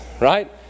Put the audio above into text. right